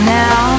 now